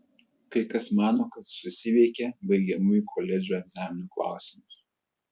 kai kas mano kad susiveikė baigiamųjų koledžo egzaminų klausimus